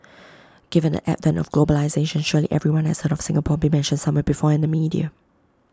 given the advent of globalisation surely everyone has heard of Singapore being mentioned somewhere before in the media